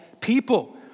people